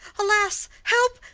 alas! help,